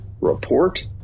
report